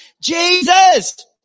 Jesus